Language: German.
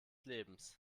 lebens